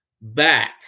back